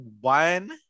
one